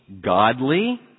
godly